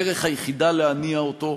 הדרך היחידה להניע אותו,